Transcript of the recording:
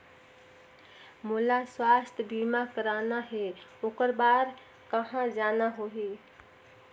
मोला स्वास्थ बीमा कराना हे ओकर बार कहा जाना होही?